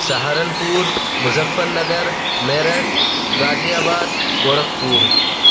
Saharanpur Muzaffarnagar Meerut Ghaziabad Gorakhpur